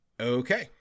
okay